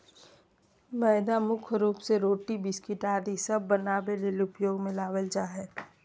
मैदा मुख्य रूप से रोटी, बिस्किट आदि सब बनावे ले उपयोग मे लावल जा हय